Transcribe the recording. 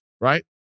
right